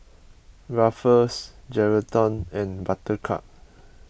Ruffles Geraldton and Buttercup